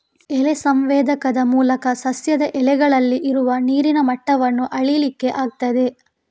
ಎಲೆ ಸಂವೇದಕದ ಮೂಲಕ ಸಸ್ಯದ ಎಲೆಗಳಲ್ಲಿ ಇರುವ ನೀರಿನ ಮಟ್ಟವನ್ನ ಅಳೀಲಿಕ್ಕೆ ಆಗ್ತದೆ